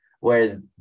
Whereas